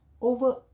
over